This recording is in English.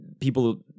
people